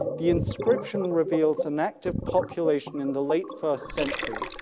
the inscription reveals an active population in the late first century.